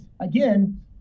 again